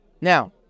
Now